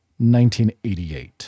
1988